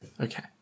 okay